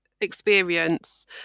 experience